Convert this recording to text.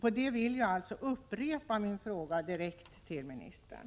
Jag vill därför upprepa min fråga direkt till ministern.